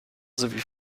sowie